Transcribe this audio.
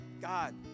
God